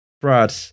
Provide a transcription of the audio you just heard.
Brad